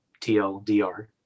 tldr